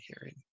hearing